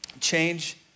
Change